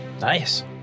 Nice